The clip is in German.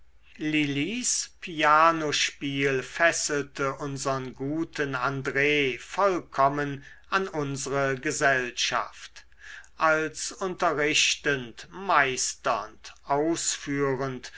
lilis pianospiel fesselte unsern guten andr vollkommen an unsre gesellschaft als unterrichtend meisternd ausführend